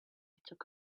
took